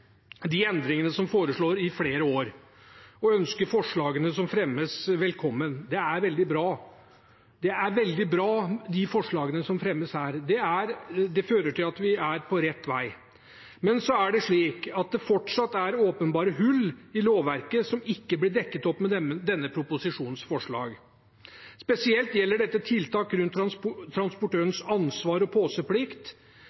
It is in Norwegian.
de endringene som foreslås, i flere år og ønsker forslagene som fremmes, velkommen. De er veldig bra, de forslagene som fremmes her. Det fører til at vi er på rett vei. Men det er fortsatt åpenbare hull i lovverket som ikke blir dekket opp med denne proposisjonens forslag. Spesielt gjelder dette tiltak rundt